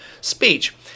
speech